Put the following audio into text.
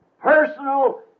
personal